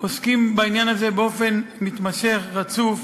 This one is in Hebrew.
עוסקים בעניין הזה באופן מתמשך, רצוף,